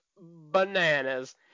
bananas